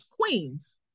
Queens